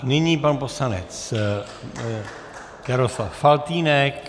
Nyní pan poslanec Jaroslav Faltýnek.